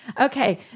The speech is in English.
Okay